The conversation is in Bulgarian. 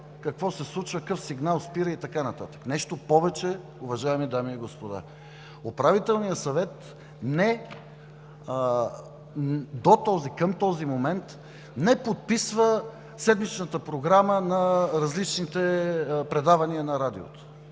какво се случва, какъв сигнал спира и така нататък. Нещо повече, уважаеми дами и господа! Управителният съвет към този момент не подписва седмичната програма на различните предавания на Радиото,